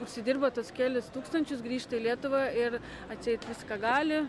užsidirba tuos kelis tūkstančius grįžta į lietuvą ir atseit viską gali